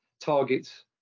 targets